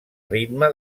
ritme